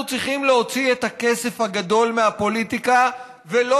אנחנו צריכים להוציא את הכסף הגדול מהפוליטיקה ולא